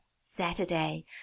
Saturday